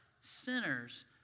Sinners